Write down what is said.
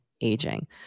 aging